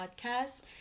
Podcast